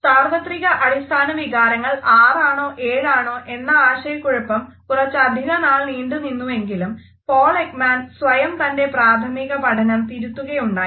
സാർവത്രിക അടിസ്ഥാന വികാരങ്ങൾ ആറ് ആണോ ഏഴ് ആണോ എന്ന ആശയക്കുഴപ്പം കുറച്ചധികനാൾ നീണ്ട്നിന്നുവെങ്കിലും പോൾ എക്മാൻ സ്വയം തൻ്റെ പ്രാഥമിക പഠനം തിരുത്തുകയുണ്ടായി